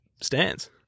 stands